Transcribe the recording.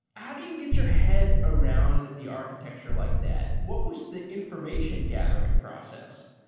how do you get your head around the architecture like that? what was the information gathering process?